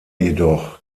jedoch